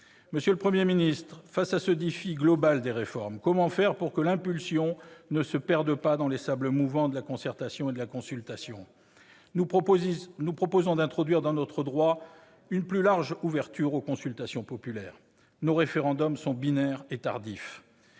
Monsieur le Premier ministre, face à ce défi global des réformes, comment faire pour que l'impulsion ne se perde pas dans les sables mouvants de la concertation et de la consultation ? Nous proposons d'introduire dans notre droit une plus large ouverture aux consultations populaires. Nos référendums sont binaires et tardifs.